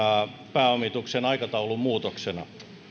pääomituksen aikataulun muutoksena